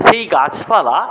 সেই গাছপালা